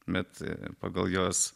bet pagal juos